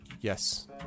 Yes